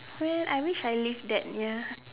well I wish I live that near